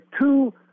two